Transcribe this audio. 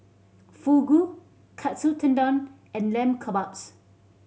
Fugu Katsu Tendon and Lamb Kebabs